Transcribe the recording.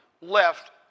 left